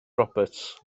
roberts